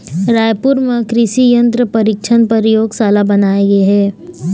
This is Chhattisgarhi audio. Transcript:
रायपुर म कृसि यंत्र परीक्छन परयोगसाला बनाए गे हे